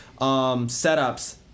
setups